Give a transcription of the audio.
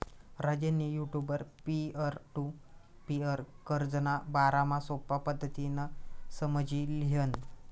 राजेंनी युटुबवर peer to peer कर्जना बारामा सोपा पद्धतीनं समझी ल्हिनं